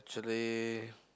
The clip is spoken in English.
actually